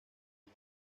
día